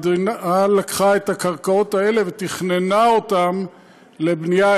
המדינה לקחה את הקרקעות האלה ותכננה אותן לבנייה,